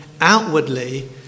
outwardly